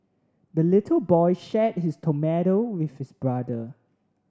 the little boy shared his tomato with his brother